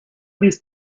these